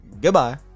Goodbye